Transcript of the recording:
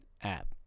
app